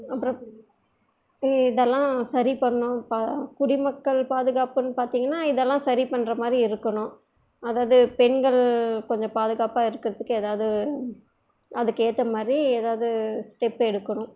அப்புறம் இதலாம் சரி பண்ணணும் குடிமக்கள் பாதுகாப்புன்னு பார்த்திங்கன்னா இதெல்லாம் சரி பண்றமாதிரி இருக்கணும் அதாவது பெண்கள் கொஞ்சம் பாதுகாப்பாக இருக்கிறத்துக்கு எதாவது அதுக்கு ஏற்ற மாதிரி எதாவது ஸ்டெப் எடுக்கணும்